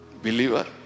Believer